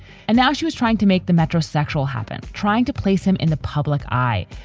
and now she was trying to make the metrosexual happen, trying to place him in the public eye.